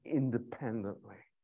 independently